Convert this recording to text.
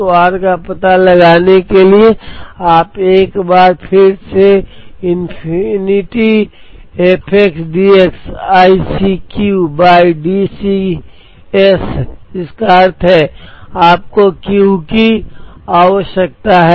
तो r का पता लगाने के लिए आप एक बार फिर से infinity f x d x i c Q by D C s है जिसका अर्थ है कि आपको Q की आवश्यकता है